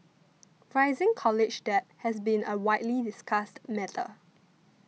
rising college debt has been a widely discussed matter